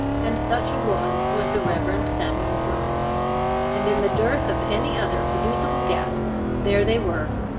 and such a woman was the reverend samuel's mother and in the dearth of any other producible guests, there they were,